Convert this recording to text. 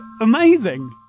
amazing